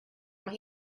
mae